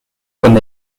con